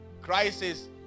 Crisis